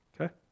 Okay